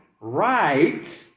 right